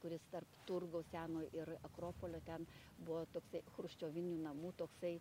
kuris tarp turgaus senoj ir akropolio ten buvo toksai chruščiovinių namų toksai